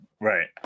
right